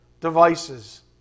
devices